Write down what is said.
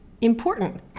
important